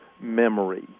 memory